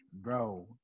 bro